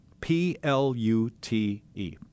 P-L-U-T-E